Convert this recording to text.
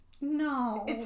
No